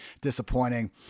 disappointing